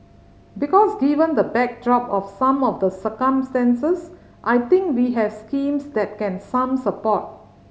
because given the backdrop of some of the circumstances I think we have schemes that can some support